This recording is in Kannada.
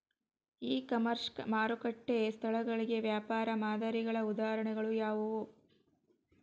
ಇ ಕಾಮರ್ಸ್ ಮಾರುಕಟ್ಟೆ ಸ್ಥಳಗಳಿಗೆ ವ್ಯಾಪಾರ ಮಾದರಿಗಳ ಉದಾಹರಣೆಗಳು ಯಾವುವು?